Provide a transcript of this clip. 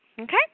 okay